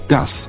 Das